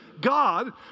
God